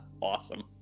Awesome